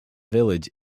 village